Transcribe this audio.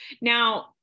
Now